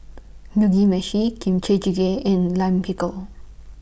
Mugi Meshi Kimchi Jjigae and Lime Pickle